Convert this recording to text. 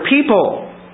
people